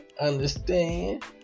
Understand